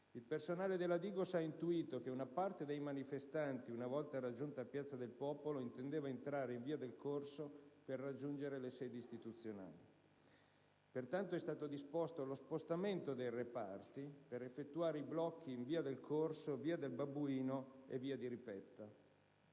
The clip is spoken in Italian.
il personale della Digos ha intuito che una parte dei manifestanti, una volta raggiunta piazza del Popolo, intendeva entrare in via del Corso per raggiungere le sedi istituzionali. Pertanto, è stato disposto lo spostamento dei reparti per effettuare i blocchi in via del Corso, via del Babuino e via di Ripetta.